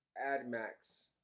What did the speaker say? Admax